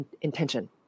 intention